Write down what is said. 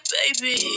baby